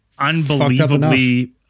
unbelievably